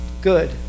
Good